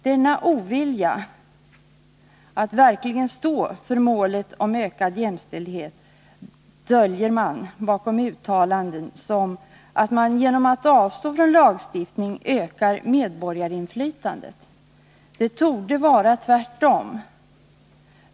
Denna ovilja att verkligen stå för målet ökad jämställdhet döljer man bakom t.ex. uttalandet att man genom att avstå från lagstiftning ökar medborgarinflytandet. Det torde vara tvärtom.